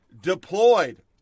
deployed